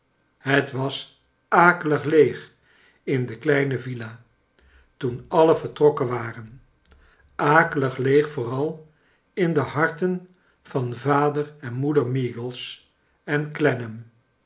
het was akelig leeg in de kleine villa toen alien vertrokken waren akelig leeg vooral in de harten van vader en moeder meagles en